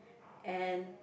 and